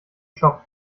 schopf